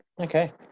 okay